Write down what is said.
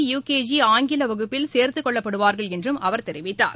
you K G ஆங்கில வகுப்பில் சேர்த்துக்கொள்ளப்படுவார்கள் என்றும் அவர் தெரிவித்தார்